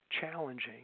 challenging